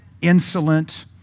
insolent